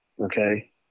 Okay